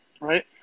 right